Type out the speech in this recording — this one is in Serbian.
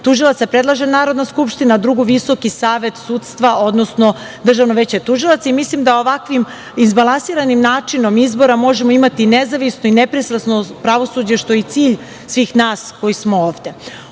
tužilaca predlaže Narodna skupština, a drugu VSS, odnosno Državno veće tužilaca. Mislim da ovakvim izbalansiranim načinom izbora možemo imati nezavisno i nepristrasno pravosuđe, što je i cilj svih nas koji smo ovde. Ova